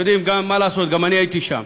אתם יודעים, מה לעשות, גם אני הייתי שם.